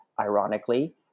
ironically